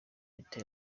leta